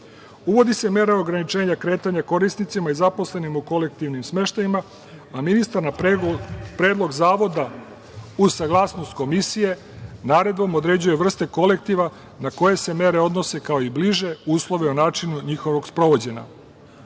se mera ograničenja kretanja korisnicima i zaposlenima u kolektivnim smeštajima, a ministar, na predlog Zavoda, uz saglasnost Komisije, naredbom određuje vrste kolektiva na koje se mere odnose, kao i bliže uslove o načinu njihovog sprovođenja. Propisuje